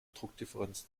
druckdifferenz